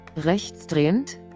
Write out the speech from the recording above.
Rechtsdrehend